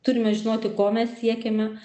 turime žinoti ko mes siekiame